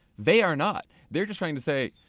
they are not. they're just trying to say,